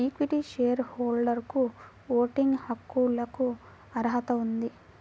equity share హోల్డర్లకుఓటింగ్ హక్కులకుఅర్హత ఉంది